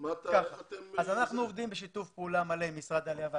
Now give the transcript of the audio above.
אנחנו עובדים בשיתוף פעולה מלא עם משרד העלייה והקליטה.